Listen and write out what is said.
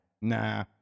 nah